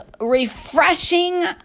refreshing